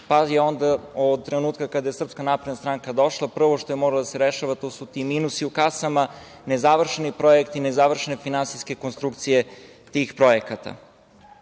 pa je onda od trenutka kada je SNS došla prvo što je moralo da se rešava, to su ti minusi u kasama, ne završeni projekti, ne završene finansijske konstrukcije tih projekata. Kada